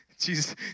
Jesus